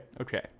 Okay